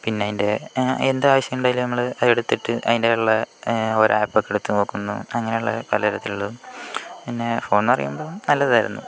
പിന്നെ അതിൻ്റെ എന്താവശ്യം ഉണ്ടെങ്കിലും നമ്മൾ അതിൻ്റെയുള്ള ഓരോ ആപ്പ് ഒക്കെ എടുത്തു നോക്കുന്നു അങ്ങനെയുള്ള പല വിധത്തിലുള്ള പിന്നെ ഫോൺ എന്ന് പറയുമ്പോൾ നല്ലതായിരുന്നു